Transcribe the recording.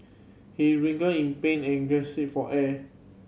he in pain and for air